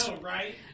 right